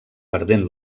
perdent